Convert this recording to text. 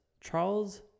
Charles